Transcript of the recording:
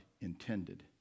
intended